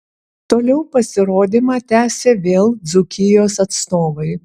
toliau pasirodymą tęsė vėl dzūkijos atstovai